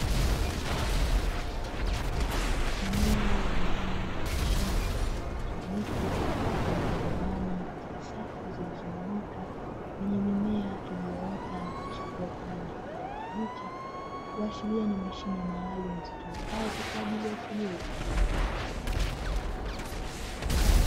Eneo la ndani ya mashine za kielektroniki zilizogawanywa katika safu zilizonyooka zenye mimea iliyoota na kuchipua kwa rangi ya kijani kibichi, kuashiria ni mashine maalumu zitumikazo kwa ajili ya shughuli za kilimo.